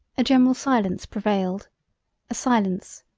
a general silence prevailed a silence,